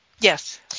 Yes